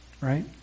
right